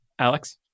Alex